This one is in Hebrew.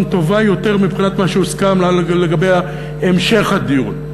טובה יותר מבחינת מה שהוסכם לגבי המשך הדיון.